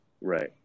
Right